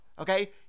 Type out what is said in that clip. Okay